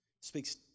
Speaks